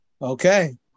Okay